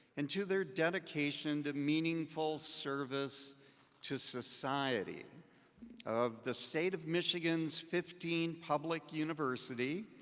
and to their dedication to meaningful service to society of the state of michigan's fifteenth public university,